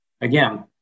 Again